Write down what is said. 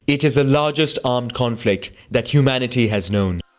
it is the largest armed conflict that humanity has known.